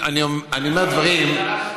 קראתי את השאילתה.